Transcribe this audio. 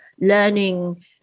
learning